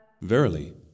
Verily